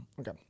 Okay